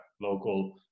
Local